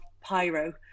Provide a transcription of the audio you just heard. pyro